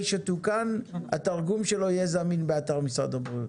שתוקן התרגום שלו יהיה זמין באתר משרד הבריאות?